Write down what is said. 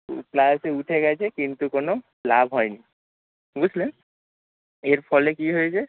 ক্লাসে উঠে গেছে কিন্তু কোনো লাভ হয় নি বুঝলে এর ফলে কী হয়েছে